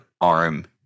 arm